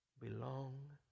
belong